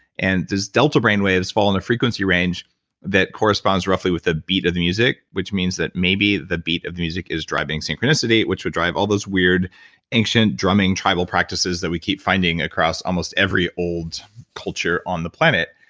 and these delta brainwaves fall under frequency range that corresponds roughly with the beat of the music, which means that maybe the beat of the music is driving synchronicity, which would drive all those weird ancient drumming tribal practices that we keep finding across almost every old culture on the planet.